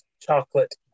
chocolate